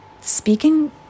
speaking